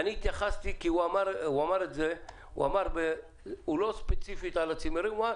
התייחסתי כי הוא אמר את זה לא ספציפית על הצימרים.